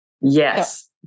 yes